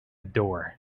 door